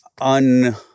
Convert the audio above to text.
un